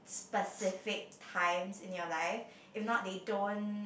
specific times in your life if not they don't